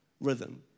rhythm